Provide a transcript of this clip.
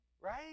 right